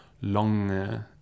long